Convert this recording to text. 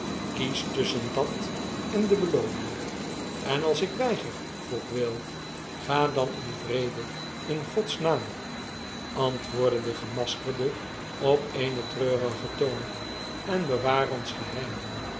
kies tusschen dat en de belooning en als ik weiger vroeg will ga dan in vrede in gods naam antwoordde de gemaskerde op eenen treurigen toon en bewaar ons geheim